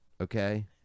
okay